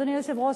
אדוני היושב-ראש,